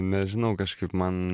nežinau kažkaip man